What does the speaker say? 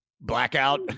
blackout